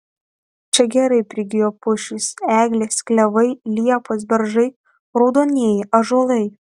čia gerai prigijo pušys eglės klevai liepos beržai raudonieji ąžuolai